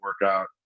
workout